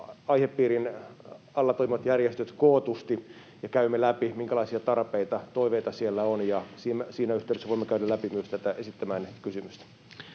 aihepiirin alla toimivat järjestöt kootusti ja käymme läpi, minkälaisia tarpeita, toiveita, siellä on, ja siinä yhteydessä voimme käydä läpi myös tätä esittämäänne kysymystä.